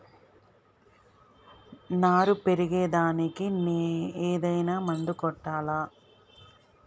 నారు పెరిగే దానికి ఏదైనా మందు కొట్టాలా?